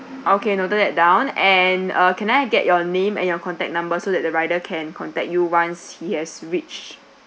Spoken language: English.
okay noted that down and can I get your name and your contact number so that the rider can contact you once he has reached